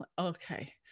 Okay